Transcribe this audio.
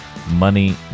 money